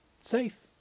safe